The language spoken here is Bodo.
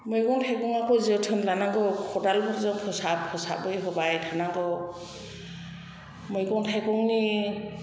मैगं थायगंखौ जोथोन लानांगौ खदालफोरजों फोसाबै फोसाबै हबाय थानांगौ मैगं थायगंनि